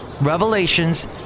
Revelations